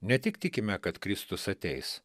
ne tik tikime kad kristus ateis